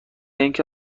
اینکه